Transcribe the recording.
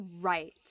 right